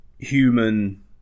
Human